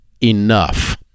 enough